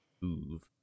move